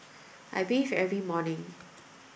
I bathe every morning